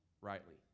rightly